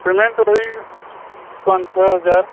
cement वही पाँच छः हज़ार